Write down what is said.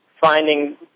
finding